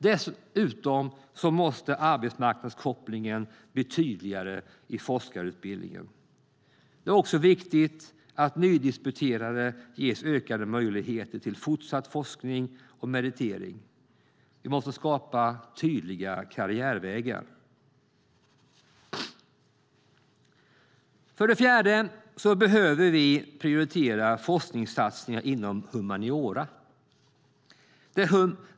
Dessutom måste arbetsmarknadskopplingen bli tydligare i forskarutbildningen. Det är också viktigt att nydisputerade ges ökade möjligheter till fortsatt forskning och meritering. Vi måste skapa tydliga karriärvägar. För det fjärde behöver vi prioritera forskningssatsningar inom humaniora.